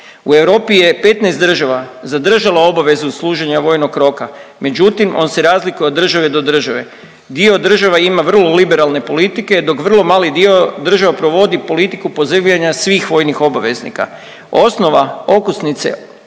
U Europi je 15 država zadržalo obavezu služenja vojnog roka, međutim on se razlikuje od države do države, dio država ima vrlo liberalne politike, dok vrlo mali dio država provodi politiku pozivanja svih vojnih obveznika. Osnova okosnice